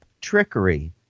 trickery